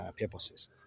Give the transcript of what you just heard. purposes